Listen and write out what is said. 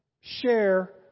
share